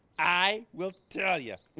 i will tell ya.